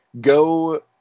go